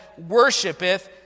worshipeth